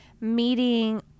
Meeting